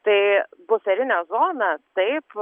tai buferinė zona taip